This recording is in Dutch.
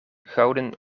gouden